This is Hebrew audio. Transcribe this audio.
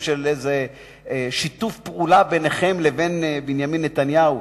של שיתוף פעולה ביניכם לבין בנימין נתניהו.